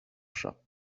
chats